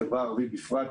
ובחברה הערבית בפרט,